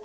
om.